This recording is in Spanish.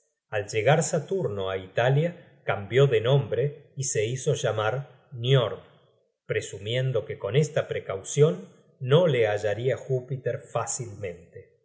al llegar saturno á italia cambió de nombre y se hizo llamar niord presumiendo que con esta precaucion no le hallaria júpiter fácilmente